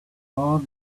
all